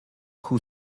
who